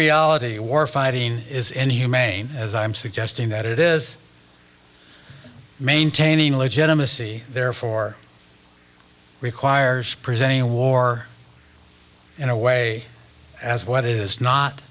reality of war fighting is any humane as i'm suggesting that it is maintaining legitimacy therefore requires presenting a war in a way as what is not